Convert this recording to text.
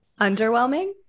underwhelming